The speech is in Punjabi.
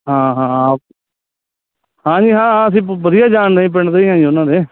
ਹਾਂ ਹਾਂ ਹਾਂਜੀ ਹਾਂ ਹਾਂ ਅਸੀਂ ਵਧੀਆ ਜਾਣਦੇ ਜੀ ਪਿੰਡ ਦੇ ਹੀ ਹਾਂ ਉਹਨਾਂ ਦੇ